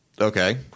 Okay